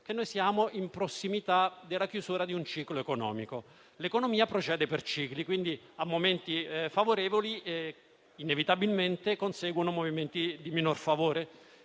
che siamo in prossimità della chiusura di un ciclo economico. L'economia procede per cicli, quindi a momenti favorevoli inevitabilmente conseguono movimenti di minor favore